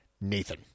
Nathan